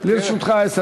כן.